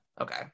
okay